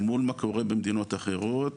מול מה קורה במדינות אחרות.